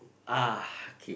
uh okay